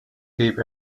gave